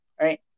Right